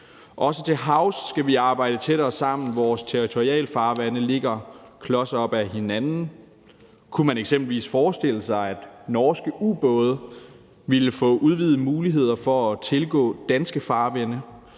Også til havs skal vi arbejde tættere sammen. Vores territorialfarvande ligger klos op ad hinanden. Kunne man eksempelvis forestille sig, at norske ubåde ville få udvidede muligheder for at tilgå danske farvande,